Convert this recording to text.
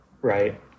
right